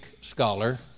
scholar